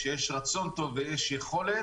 כשיש רצון טוב ויש יכולת,